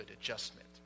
adjustment